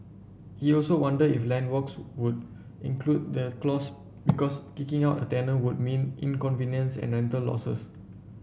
he also wondered if landlords would include the clause because kicking out a tenant would mean inconvenience and rental losses